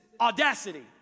Audacity